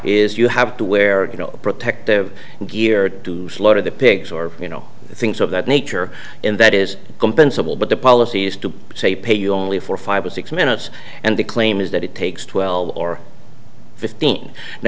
is you have to wear you know protective gear to slaughter the pigs or you know things of that nature and that is compensable but the policies to say pay you only for five or six minutes and the claim is that it takes twelve or fifteen now